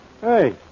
Hey